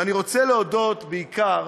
ואני רוצה להודות בעיקר